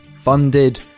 funded